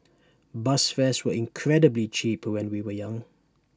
bus fares were incredibly cheap when we were young